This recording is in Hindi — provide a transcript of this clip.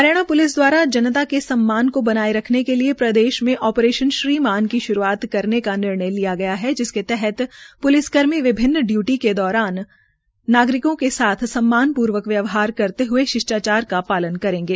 हरियाणा प्लिस दवारा जनता के सम्मान को बनाए रखने के लिए प्रदेश में ऑपरेशन श्रीमान की शुरूआत करने का निर्णय लिया गया है जिसके तहत प्लिसकर्मी विभिन्न डयूटी के दौरान नागरिकों के साथ सम्मानपूर्वक व्यवहार करते हए शिष्टाचार का पालन करेंगे